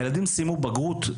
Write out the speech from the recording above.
הילדים סיימו בגרות,